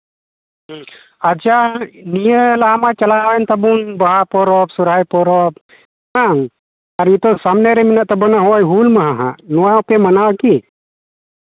ᱟᱪᱪᱷᱟ ᱱᱤᱭᱟᱹ ᱞᱟᱦᱟ ᱢᱟ ᱪᱟᱞᱟᱣᱮᱱ ᱛᱟᱵᱚᱱ ᱵᱟᱦᱟ ᱯᱚᱨᱚᱵᱽ ᱥᱚᱨᱦᱟᱭ ᱯᱚᱨᱚᱵᱽ ᱵᱟᱝ ᱱᱤᱛᱚᱜ ᱥᱟᱢᱱᱮ ᱨᱮ ᱢᱮᱱᱟᱜ ᱛᱟᱵᱚᱱᱟ ᱱᱚᱜᱼᱚᱭ ᱦᱩᱞ ᱢᱟᱦᱟ ᱦᱟᱸᱜ ᱱᱚᱣᱟᱯᱮ ᱢᱟᱱᱟᱣᱟ ᱠᱤ